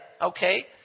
okay